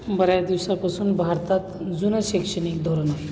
बऱ्याच दिवसापासून भारतात जुन शैक्षणिक धोरण